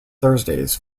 thursdays